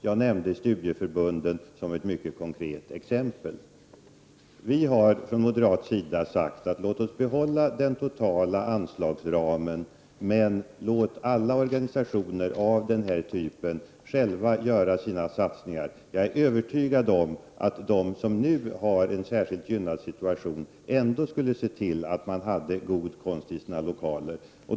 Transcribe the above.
Jag nämnde studieförbunden som ett mycket konkret exempel. Vi har från moderat sida sagt: Låt oss behålla den totala anslagsramen, men låt alla organisationer av denna typ själva göra sina satsningar! Jag är övertygad om att de som nu har en särskilt gynnad situation ändå skulle se till att ha god konst i sina lokaler.